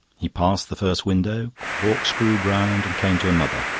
he passed the first window, corkscrewed round, and came to another.